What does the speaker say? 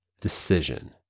decision